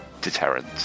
deterrent